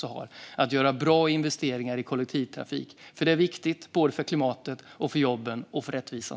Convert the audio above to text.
Det handlar om att göra bra investeringar i kollektivtrafik, för det är viktigt för klimatet, för jobben och för rättvisan.